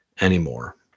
anymore